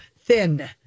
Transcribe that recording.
thin